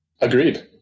Agreed